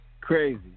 Crazy